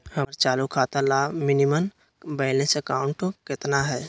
हमर चालू खाता ला मिनिमम बैलेंस अमाउंट केतना हइ?